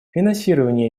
финансирование